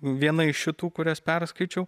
viena iš šitų kurias perskaičiau